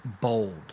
bold